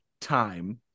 time